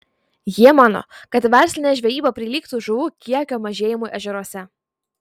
jie mano kad verslinė žvejyba prilygtų žuvų kiekio mažėjimui ežeruose